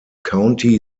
county